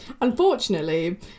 Unfortunately